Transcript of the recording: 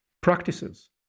practices